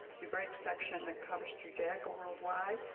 hebraic section that covers judaica worldwide.